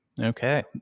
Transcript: Okay